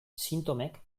sintomek